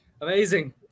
amazing